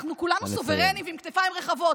אנחנו כולנו סוברניים ועם כתפיים רחבות,